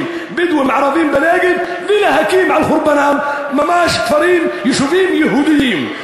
בדואיים-ערביים בנגב ולהקים על חורבנם ממש יישובים יהודיים.